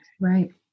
Right